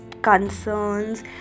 concerns